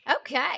Okay